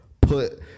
put